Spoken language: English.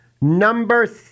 Number